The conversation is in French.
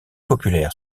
populaire